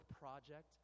project